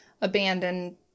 abandoned